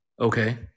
Okay